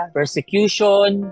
persecution